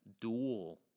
duel